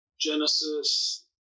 genesis